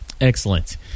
Excellent